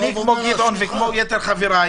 אני כמו גדעון וכמו חבריי